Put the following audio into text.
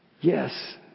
Yes